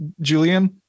Julian